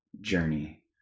journey